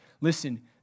listen